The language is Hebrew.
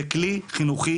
זה כלי חינוכי,